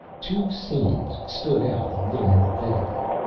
two scenes stood out a little more vividly.